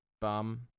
bum